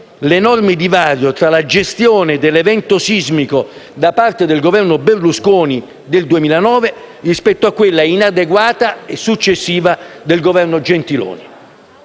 l'enorme divario tra la gestione dell'evento sismico da parte del Governo Berlusconi del 2009 rispetto a quella inadeguata e successiva del Governo Gentiloni